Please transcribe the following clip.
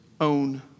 own